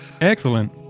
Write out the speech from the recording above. Excellent